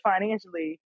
financially